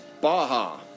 Baja